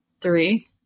three